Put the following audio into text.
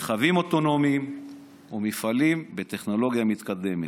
רכבים אוטונומיים ומפעלים בטכנולוגיה מתקדמת.